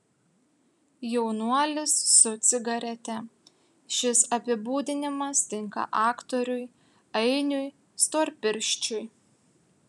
jaunuolis su cigarete šis apibūdinimas tinka aktoriui ainiui storpirščiui